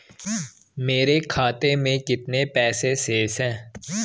मेरे खाते में कितने पैसे शेष हैं?